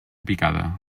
picada